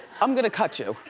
i'm gonna cut you.